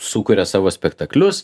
sukuria savo spektaklius